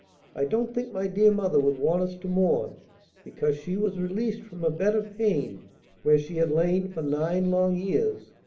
i don't think my dear mother would want us to mourn because she was released from a bed of pain where she had lain for nine long years,